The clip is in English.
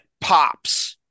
pops